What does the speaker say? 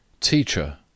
Teacher